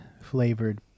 flavored